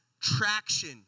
traction